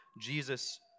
Jesus